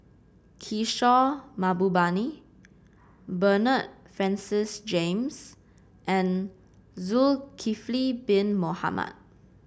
Kishore Mahbubani Bernard Francis James and Zulkifli Bin Mohamed